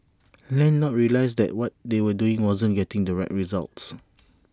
landlords realised that what they were doing wasn't getting the right results